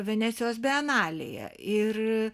venecijos bienalėje ir